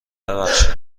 ببخشید